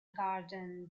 garden